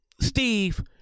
Steve